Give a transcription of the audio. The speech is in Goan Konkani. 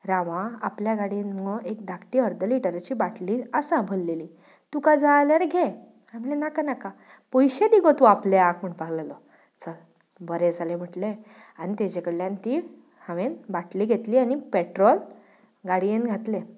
राव आ आपल्या गाडयेन मुगो एक धाकटी अर्द लिटराची बाटली आसा भरल्लेली तुका जाय आल्यार घे हांव म्हणलें नाका नाका पयशे दी गो तूं आपल्याक म्हणपा लागलो चल बरें जालें म्हटलें आनी ताजे कडल्यान ती हांवें बाटली घेतली आनी पॅट्रॉल गाडयेन घातलें